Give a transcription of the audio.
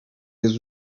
jest